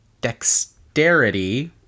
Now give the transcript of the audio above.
Dexterity